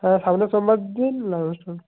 হ্যাঁ সামনের সোমবার দিন অনুষ্ঠান